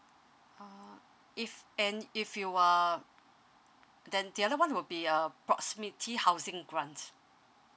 uh if and if you are then the other one will be a proximity housing grant